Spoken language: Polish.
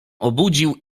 obudził